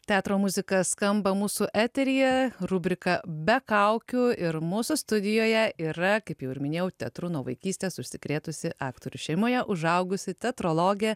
teatro muzika skamba mūsų eteryje rubrika be kaukių ir mūsų studijoje yra kaip jau ir minėjau teatru nuo vaikystės užsikrėtusi aktorių šeimoje užaugusi teatrologė